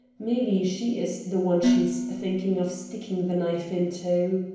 maybe she is the one she's thinking of sticking the knife into?